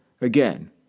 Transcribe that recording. Again